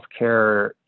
healthcare